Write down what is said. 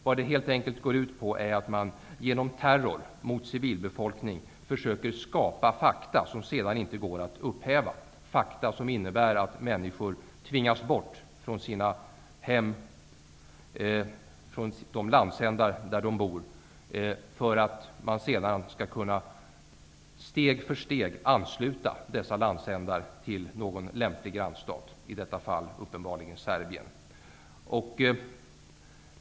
Vad det helt enkelt går ut på är att man genom terror mot civilbefolkningen försöker skapa fakta som sedan inte går att upphäva, fakta som innebär att människor tvingas bort från sina hem, från de landsändar där de bor, för att man sedan skall kunna steg för steg ansluta dessa landsändar till någon lämplig grannstat, i detta fall uppenbarligen Serbien.